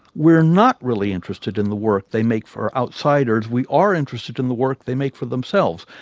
we're not really interested in the work they make for outsiders, we are interested in the work they make for themselves.